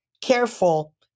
careful